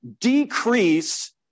decrease